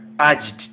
urged